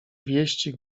wieści